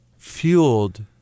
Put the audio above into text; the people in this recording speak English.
fueled